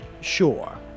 Sure